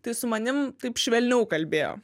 tai su manim taip švelniau kalbėjo